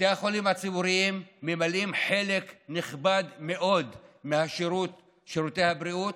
בתי החולים הציבוריים ממלאים חלק נכבד מאוד מהשירות של שירותי הבריאות,